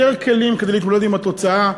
יותר כלים כדי להתמודד עם התוצאה?